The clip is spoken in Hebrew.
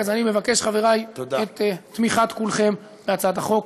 אז אני מבקש, חברי, את תמיכת כולכם בהצעת החוק.